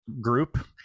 group